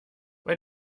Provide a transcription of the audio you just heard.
bei